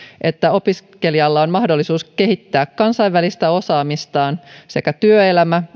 että opiskelijalla on mahdollisuus kehittää kansainvälistä osaamistaan sekä työelämä